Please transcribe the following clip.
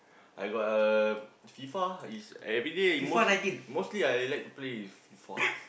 I got uh FIFA is everyday most mostly I like to play with FIFA